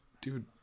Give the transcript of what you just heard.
dude